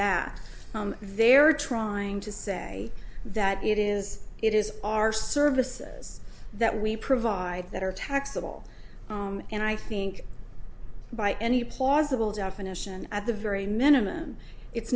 that they're trying to say that it is it is our services that we provide that are taxable and i think by any plausible definition at the very minimum it's